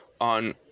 on